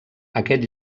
aquest